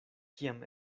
kiam